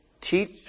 Teach